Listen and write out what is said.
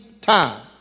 time